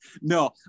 no